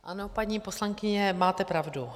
Ano, paní poslankyně, máte pravdu.